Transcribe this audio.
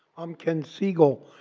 i'm ken siegal.